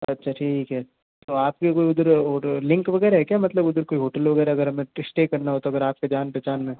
अच्छा ठीक है तो आपके कोई उधर लिंक वगैरह है क्या मतलब उधर कोई होटल वगैरह अगर हमें स्टे करना हो तो अगर आपके जान पहचान में